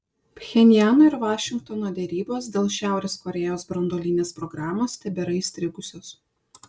pchenjano ir vašingtono derybos dėl šiaurės korėjos branduolinės programos tebėra įstrigusios